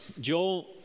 Joel